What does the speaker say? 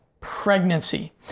pregnancy